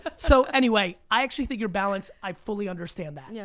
ah so anyway, i actually think your balanced. i fully understand that. yeah